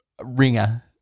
ringer